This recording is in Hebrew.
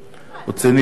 רצוני לשאול: